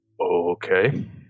Okay